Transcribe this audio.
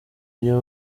iyo